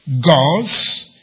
gods